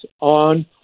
on